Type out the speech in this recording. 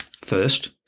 First